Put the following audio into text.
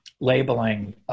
labeling